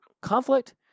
conflict